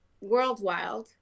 worldwide